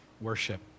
worship